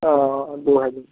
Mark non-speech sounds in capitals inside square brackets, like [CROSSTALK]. ओ [UNINTELLIGIBLE]